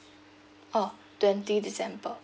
oh twenty december